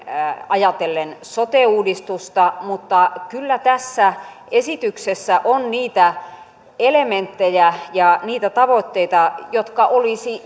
ajatellen sote uudistusta mutta kyllä tässä esityksessä on niitä elementtejä ja niitä tavoitteita jotka olisi